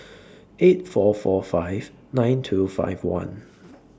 eight four four five nine two five one